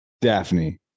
Daphne